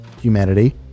humanity